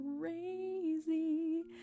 crazy